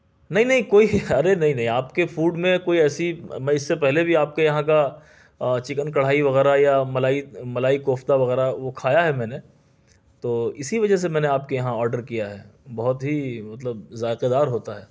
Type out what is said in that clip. نہیں نہیں کوئی ارے نہیں نہیں نہیں آپ کے فوڈ میں کوئی ایسی میں اس سے پہلے بھی آپ کے یہاں کا چکن کڑھائی وغیرہ یا ملائی ملائی کوفتہ وغیرہ وہ کھایا ہے میں نے تو اسی وجہ سے میں نے آپ کے یہاں کا آرڈر کیا ہے بہت ہی مطلب ذائقے دار ہوتا ہے